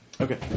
Okay